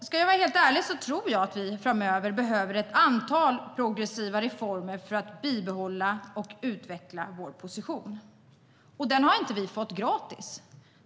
Ska jag vara helt ärlig tror jag att vi framöver behöver ett antal progressiva reformer för att bibehålla och utveckla vår position. Den har vi inte fått gratis.